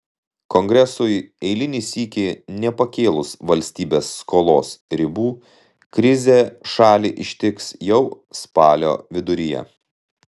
kongresui eilinį sykį nepakėlus valstybės skolos ribų krizė šalį ištiks jau spalio viduryje